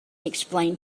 explained